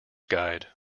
guide